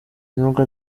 nubwo